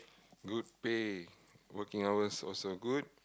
good pay working hours also good